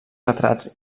retrats